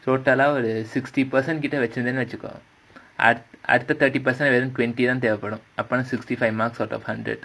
total ah ஒரு:oru sixty percent கிட்ட வச்சிருந்தனு வச்சிக்கோ அடுத்த:kitta vachirunthanu vachikko adutha thirty percent தான் தேவபடும்:thaan thevapadum sixty five marks out of hundred